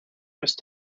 just